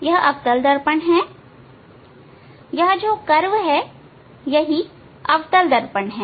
यह अवतल दर्पण है यह जो वक्र है यही अवतल दर्पण है